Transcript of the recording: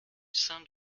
saint